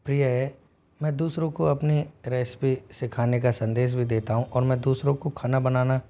प्रिय है मैं दूसरों को अपनी रेसिपी सीखाने का संदेश भी देता हूँ और मैं दूसरों को खाना बनाना